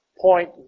point